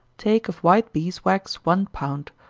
take of white bees' wax one pound,